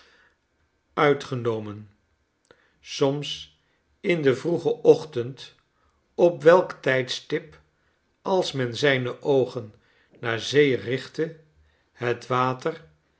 uitgenomen soms in den vroegen ochtend op welk tijdstip als men zijne oogen naar zee richtte het water